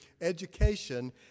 education